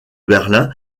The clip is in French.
berlin